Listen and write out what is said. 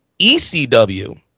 ECW